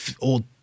old